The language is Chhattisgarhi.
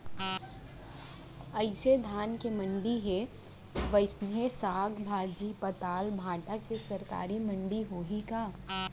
जइसे धान के मंडी हे, वइसने साग, भाजी, पताल, भाटा के सरकारी मंडी होही का?